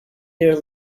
their